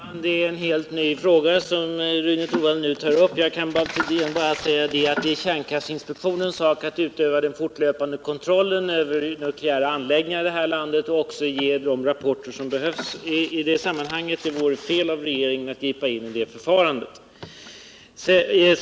Herr talman! Det är en helt ny fråga som Rune Torwald nu tar upp. Jag kan bara säga att det är kärnkraftsinspektionens sak att utöva den fortlöpande kontrollen över nukleära anläggningar i det här landet och också ge de rapporter som behövs i det sammanhanget. Det vore fel av regeringen att gripa in i det förfarandet.